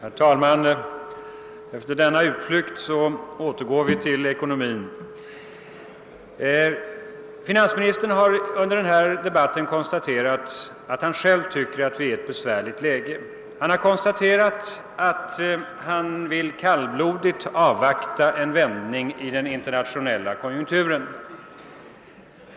Herr talman! Efter denna utflykt återgår vi till ekonomin. Finansministern har under denna debatt sagt att han själv tycker att vi är i ett besvärligt läge, och han vill kallblodigt avvakta en vändning i den internationella konjunkturen.